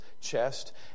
chest